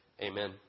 Amen